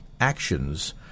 actions